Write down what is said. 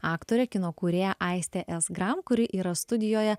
aktorė kino kūrėja aistė s gram kuri yra studijoje